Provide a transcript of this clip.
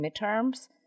midterms